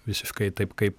visiškai taip kaip